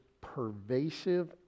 pervasive